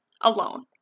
alone